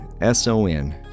S-O-N